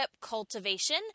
cultivation